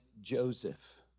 Joseph